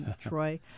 Troy